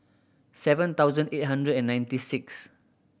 seven thousand eight hundred and ninety six